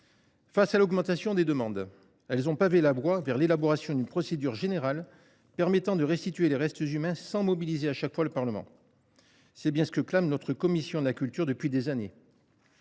Face à l’augmentation des demandes, elles ont pavé la voie vers l’élaboration d’une procédure générale permettant de restituer les restes humains sans mobiliser à chaque fois le Parlement. C’est bien ce que réclame notre commission de la culture depuis des années.